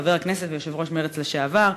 חבר הכנסת ויושב-ראש מרצ לשעבר,